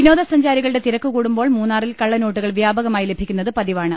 വിനോദസഞ്ചാരികളുടെ തിര്ക്കുകൂടുമ്പോൾ മൂന്നാറിൽ കള്ളനോട്ടുകൾ വ്യാപകമായി ലഭിക്കുന്നത് പതിവാണ്